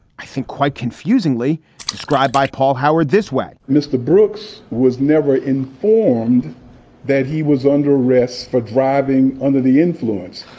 i think, quite confusingly described by paul howard this way mr. brooks was never informed that he was under arrest for driving under the influence.